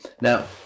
Now